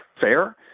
fair